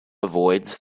avoids